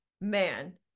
man